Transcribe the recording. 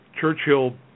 Churchill